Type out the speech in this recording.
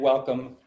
Welcome